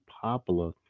popular